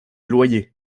loyers